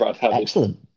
excellent